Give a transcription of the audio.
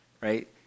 Right